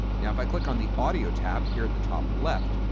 now if i click on the audio tab here at the top left,